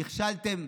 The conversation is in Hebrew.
נכשלתם.